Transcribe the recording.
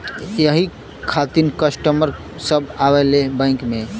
यही खातिन कस्टमर सब आवा ले बैंक मे?